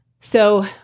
So-